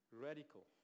radical